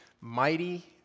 mighty